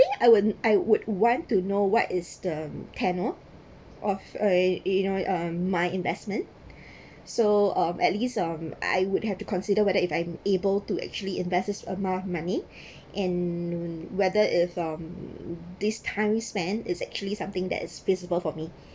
I would I would want to know what is the panel of eh you know um my investment so uh at least um I would have to consider whether if I'm able to actually invest amount of money and whether if um this ton spend is actually something that is feasible for me